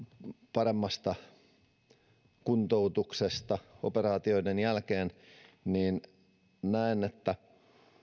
paremmasta kuntoutuksesta operaatioiden jälkeen niin näen että